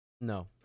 No